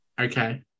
okay